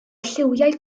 lliwiau